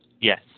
Yes